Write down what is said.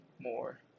More